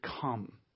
come